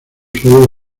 sólo